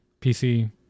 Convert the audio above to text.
PC